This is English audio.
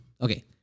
okay